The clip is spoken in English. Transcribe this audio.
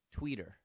tweeter